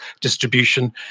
distribution